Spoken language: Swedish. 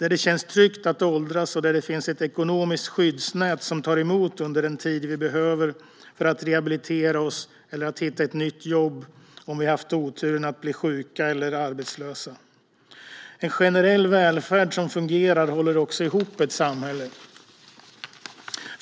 Här känns det tryggt att åldras, och det finns ett ekonomiskt skyddsnät som tar emot under den tid vi behöver för att rehabilitera oss eller hitta ett nytt jobb om vi haft oturen att bli sjuka eller arbetslösa. En generell välfärd som fungerar håller också ihop ett samhälle.